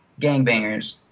gangbangers –